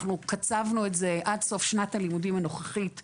אנחנו קצבנו את זה עד סוף שנת הלימודים הנוכחית בלבד.